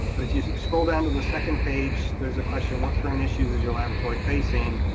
but if you scroll down to the second page, there's a question, what current issues is your laboratory facing?